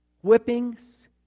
whippings